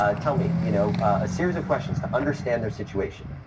ah tell me, you know, a series of questions to understand their situation.